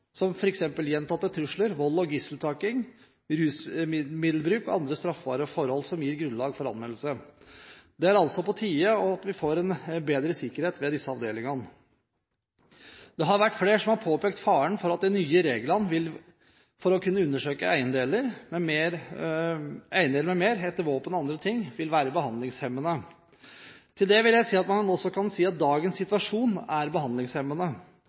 forhold, som gjentatte trusler, vold, gisseltaking, rusmiddelmisbruk og andre straffbare forhold som gir grunnlag for anmeldelse. Det er altså på tide at vi får bedre sikkerhet ved disse avdelingene. Flere har påpekt faren for at de nye reglene for å kunne undersøke eiendeler m.m., lete etter våpen og andre ting, vil være behandlingshemmende. Til det kan man jo også si at dagens situasjon er behandlingshemmende.